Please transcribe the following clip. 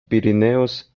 pirineos